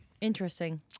Interesting